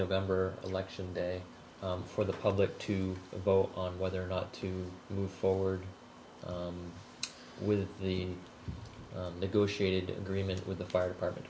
november election day for the public to vote on whether or not to move forward with the negotiated agreement with the fire department